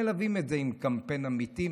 מלווים את זה עם קמפיין אמיתי.